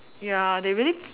ya they really